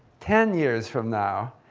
ten years from now.